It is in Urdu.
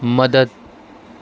مدد